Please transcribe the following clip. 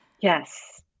Yes